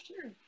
sure